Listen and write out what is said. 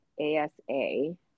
A-S-A